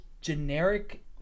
generic